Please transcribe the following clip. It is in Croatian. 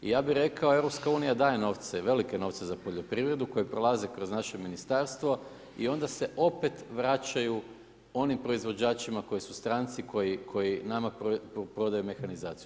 Ja bih rekao EU daje novce, velike novce za poljoprivredu koji prolaze kroz naše ministarstvo i onda se opet vraćaju onim proizvođačima koji su stranci, koji nama prodaju mehanizaciju.